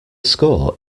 score